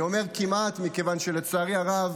אני אומר :"כמעט", מכיוון שלצערי הרב,